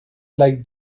like